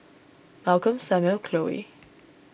Malcolm Samuel Khloe